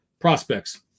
prospects